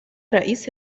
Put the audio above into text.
رئيس